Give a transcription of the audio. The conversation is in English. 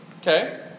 Okay